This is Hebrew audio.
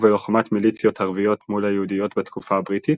ובלוחמת מיליציות ערביות מול היהודיות בתקופה הבריטית,